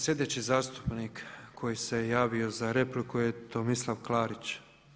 Slijedeći zastupnik koji se javio za repliku je Tomislav Klarić.